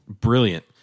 brilliant